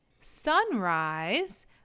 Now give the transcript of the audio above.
sunrise